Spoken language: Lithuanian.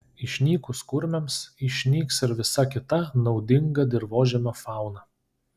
išnykus kurmiams išnyks ir visa kita naudinga dirvožemio fauna